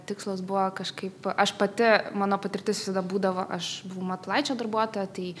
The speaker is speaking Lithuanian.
tikslas buvo kažkaip aš pati mano patirtis visada būdavo aš buvau matulaičio darbuotoja tai